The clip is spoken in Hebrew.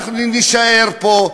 אנחנו נישאר פה,